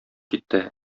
китте